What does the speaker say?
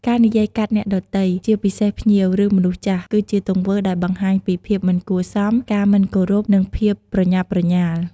ការនិយាយកាត់អ្នកដទៃ ជាពិសេសភ្ញៀវ ឬមនុស្សចាស់ គឺជាទង្វើដែលបង្ហាញពី ភាពមិនគួរសម ការមិនគោរព និងភាពប្រញាប់ប្រញាល់។